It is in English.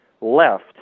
left